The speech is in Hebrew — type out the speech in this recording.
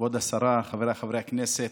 כבוד השרה, חבריי חברי הכנסת,